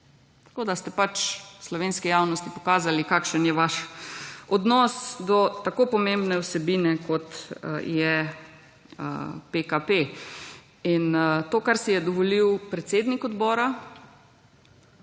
Tako, da ste pač slovenski javnosti pokazali kakšen je vaš odnos do tako pomembne vsebine kot je PKP. In to kar si je dovolil predsednik odbora,